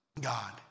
God